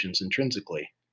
intrinsically